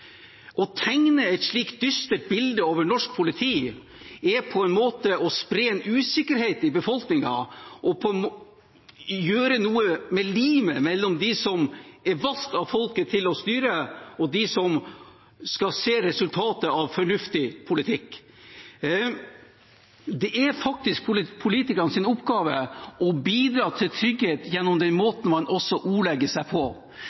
Å tegne et dystert bilde av norsk politi er på en måte å spre en usikkerhet i befolkningen og gjøre noe med limet mellom dem som er valgt av folket til å styre, og dem som skal se resultatet av fornuftig politikk. Det er politikernes oppgave å bidra til trygghet også gjennom den måten man ordlegger seg på.